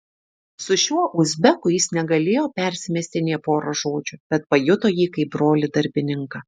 su šiuo uzbeku jis negalėjo persimesti nė pora žodžių bet pajuto jį kaip brolį darbininką